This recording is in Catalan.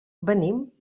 venim